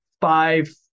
five